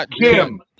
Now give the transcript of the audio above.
Kim